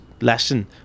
lesson